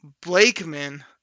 Blakeman